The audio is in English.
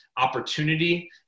opportunity